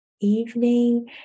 evening